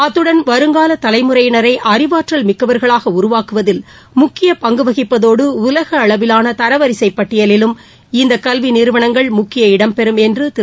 அத்துடன் வருங்கால தலைமுறையினரை அறிவாற்றல் மிக்கவர்களாக உருவாக்குவதில் முக்கிய பங்கு வகிப்பதோடு உலக அளவிலான தரவரிசைப் பட்டியலிலும் இந்த கல்வி நிறுவனங்கள் முக்கிய இடம் பெறும் என்று திரு